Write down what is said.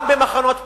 גם במחנות פליטים,